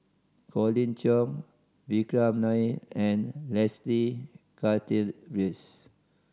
Colin Cheong Vikram Nair and Leslie Charteris